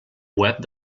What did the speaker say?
web